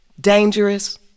Dangerous